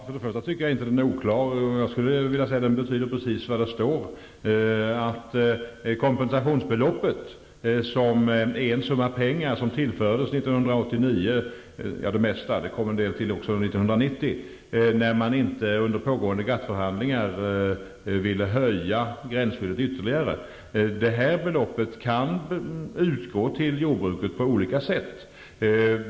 Fru talman! Jag tycker inte att formuleringen är oklar, utan den betyder precis vad där står, dvs. att kompensationsbeloppet -- som är en summa pengar, varav det mesta tillfördes 1989 och en del förhandlingar inte ville höja gränsskyddet ytterligare -- kan utgå till jordbruket på olika sätt.